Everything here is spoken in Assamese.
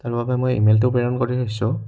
তাৰবাবে মই ইমেইলটো প্ৰেৰণ কৰি থৈছোঁ